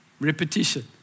repetition